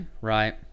right